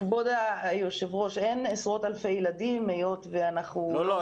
כבוד היו"ר אין עשרות אלפי ילדים היות ואנחנו -- לא.